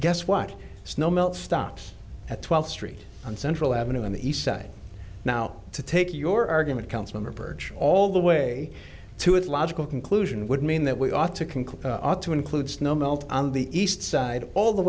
guess what snow melt stops at twelfth street on central avenue on the east side now to take your argument councillor birch all the way to its logical conclusion would mean that we ought to conclude ought to include snow melt on the east side all the